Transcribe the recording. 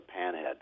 Panhead